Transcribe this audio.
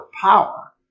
power